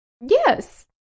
Yes